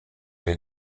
den